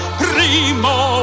primo